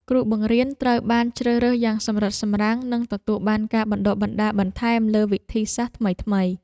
គ្រូបង្រៀនត្រូវបានជ្រើសរើសយ៉ាងសម្រិតសម្រាំងនិងទទួលបានការបណ្តុះបណ្តាលបន្ថែមលើវិធីសាស្ត្រថ្មីៗ។